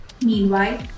Meanwhile